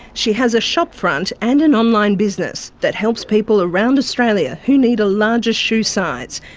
she has a shop front and an online business that helps people around australia who need a larger shoe size.